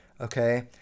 okay